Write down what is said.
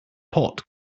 pot